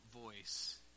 voice